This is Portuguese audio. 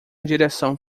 direção